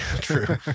true